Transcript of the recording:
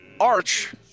Arch